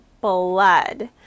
blood